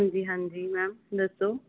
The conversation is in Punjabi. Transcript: ਜੀ ਹਾਂਜੀ ਮੈਮ ਦੱਸੋ